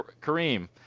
kareem